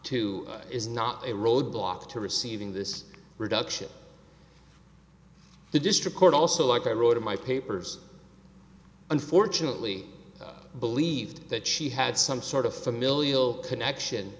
to is not a roadblock to receiving this reduction the district court also like i wrote of my papers unfortunately believed that she had some sort of familial connection